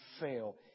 fail